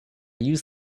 use